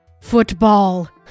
football